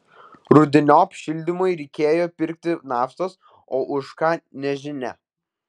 rudeniop šildymui reikėjo pirkti naftos o už ką nežinia